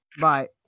Bye